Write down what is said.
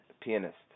pianist